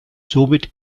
somit